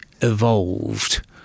evolved